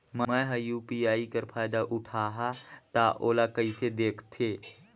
मैं ह यू.पी.आई कर फायदा उठाहा ता ओला कइसे दखथे?